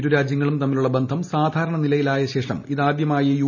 ഇരുരാജ്യങ്ങളും തമ്മിലുള്ള ബന്ധം സാധാരണ നിലയിലായ ശേഷം ഇതാദ്യമായി യു